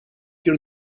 your